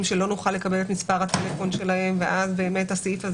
שלא נוכל לקבל את מספר הטלפון שלהם ואז באמת הסעיף הזה